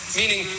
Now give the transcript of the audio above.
meaning